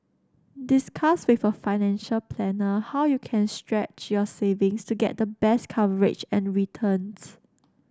discuss with a financial planner how you can stretch your savings to get the best coverage and returns